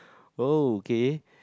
oh K